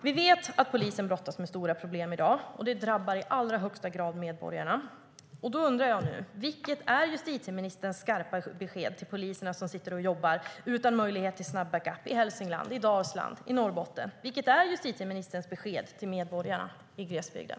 Vi vet att polisen brottas med stora problem i dag, och det drabbar i allra högsta grad medborgarna. Därför undrar jag nu: Vilket är justitieministerns skarpa besked till poliserna som sitter och jobbar utan möjlighet till snabb backup i Hälsingland, Dalsland och Norrbotten? Vilket är justitieministerns besked till medborgarna i glesbygden?